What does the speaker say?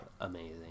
Amazing